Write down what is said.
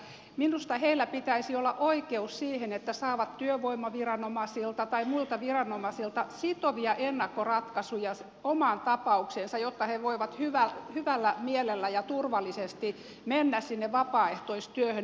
minusta heillä pitäisi olla oikeus siihen että saavat työvoimaviranomaisilta tai muilta viranomaisilta sitovia ennakkoratkaisuja omaan tapaukseensa jotta he voivat hyvällä mielellä ja turvallisesti mennä sinne vapaaehtoistyöhön